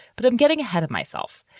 but i'm getting ahead of myself.